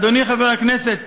אדוני חבר הכנסת,